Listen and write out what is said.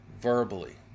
verbally